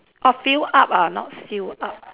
orh fill up ah not seal up